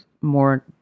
more